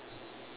ya